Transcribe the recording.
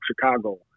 Chicago